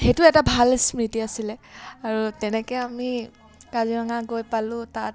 সেইটো এটা ভাল স্মৃতি আছিলে আৰু তেনেকৈয়ে আমি কাজিৰঙা গৈ পালোঁ তাত